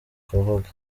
kuvuga